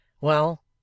Well